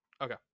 okay